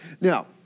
Now